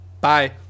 Bye